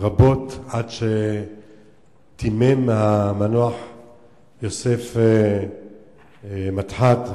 רבות עד שדימם המנוח יוסף מדחת.